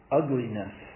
ugliness